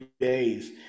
days